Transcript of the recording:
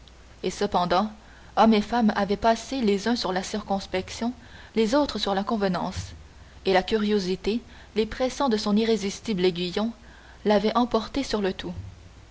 et cependant hommes et femmes avaient passé les uns sur la circonspection les autres sur la convenance et la curiosité les pressant de son irrésistible aiguillon l'avait emporté sur le tout